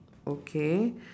okay